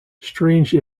strange